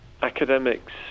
Academics